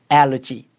allergy